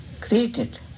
created